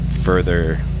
further